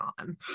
on